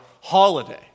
holiday